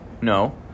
No